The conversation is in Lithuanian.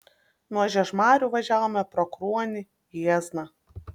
nuo žiežmarių važiavome pro kruonį jiezną